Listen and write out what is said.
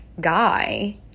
guy